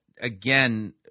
Again